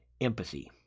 empathy